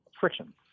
friction